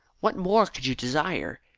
what more could you desire?